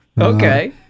okay